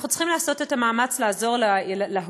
אנחנו צריכים לעשות את המאמץ לעזור להורים,